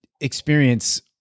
experience